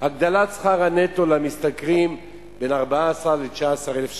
הגדלת שכר הנטו למשתכרים בין 14,000 ל-19,000 שקלים,